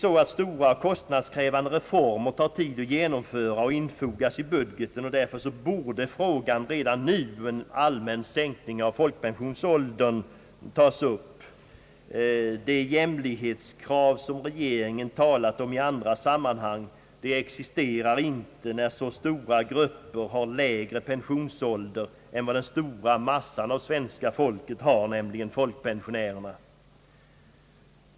Stora och kostnadskrävande reformer tar tid att genomföra och infoga i budgeten, och därför borde frågan om en allmän sänkning av pensionsåldern för folk pensionärerna redan nu tas upp till behandling. Det jämlikhetskrav som regeringen talat om i andra sammanhang existerar inte, när så stora grupper har lägre pensionsålder än vad den stora massan av svenska folket har, nämligen folkpensionärerna.